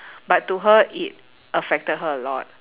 but to her it affected her a lot